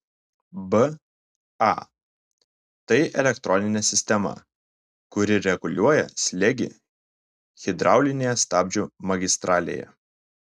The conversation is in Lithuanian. ba tai elektroninė sistema kuri reguliuoja slėgį hidraulinėje stabdžių magistralėje